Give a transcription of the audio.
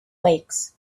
lakes